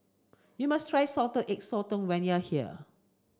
you must try salted egg sotong when you are here